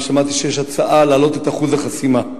אני שמעתי שיש הצעה להעלות את אחוז החסימה,